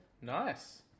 Nice